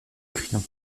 crillon